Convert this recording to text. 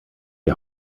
die